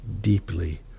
deeply